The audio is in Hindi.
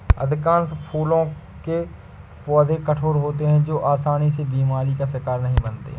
अधिकांश फूलों के पौधे कठोर होते हैं जो आसानी से बीमारी का शिकार नहीं बनते